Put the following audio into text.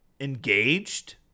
engaged